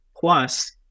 plus